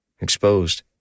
exposed